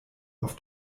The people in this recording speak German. auf